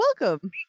welcome